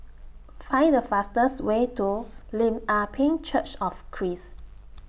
Find The fastest Way to Lim Ah Pin Church of Christ